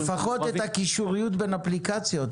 מעורבים -- לפחות בקישוריות בין אפליקציות,